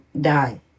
die